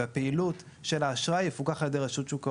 והפעילות של האשראי תפוקח על ידי שוק ההון,